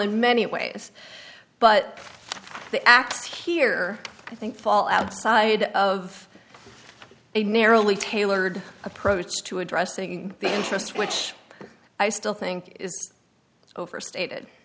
in many ways but the acts here i think fall outside of a narrowly tailored approach to addressing the interest which i still think is overstated